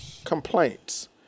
Complaints